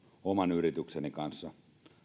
oman yritykseni kanssa